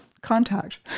contact